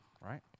right